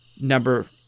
Number